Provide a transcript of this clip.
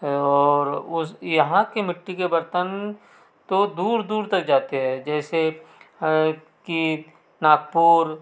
और उस यहाँ के मिट्टी के बर्तन तो दूर दूर तक जाते हैं जैसे कि कि नागपुर